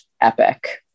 epic